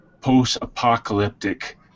post-apocalyptic